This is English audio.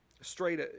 straight